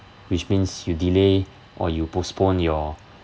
which means you delay or you postpone your